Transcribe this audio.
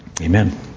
Amen